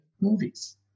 movies